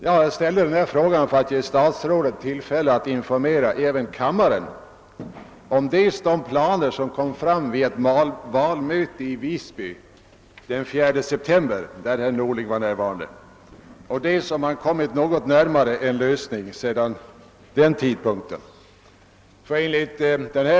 Jag ställde denna fråga för att ge statsrådet tillfälle att informera även kammaren dels om de planer som framlades av herr Norling vid ett valmöte i Visby den 4 september, dels om man kommit något närmare en lösning sedan den tidpunkten.